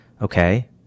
okay